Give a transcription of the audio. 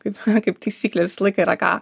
kaip kaip taisyklė visąlaik yra ką